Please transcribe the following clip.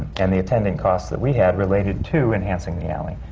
and the attending costs that we had, related to enhancing the and alley.